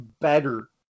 better